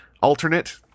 alternate